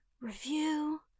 review